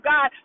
God